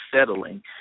settling